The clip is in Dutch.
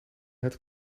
het